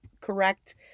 correct